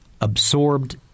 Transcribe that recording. absorbed